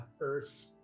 earth